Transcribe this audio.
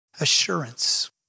assurance